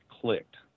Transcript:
clicked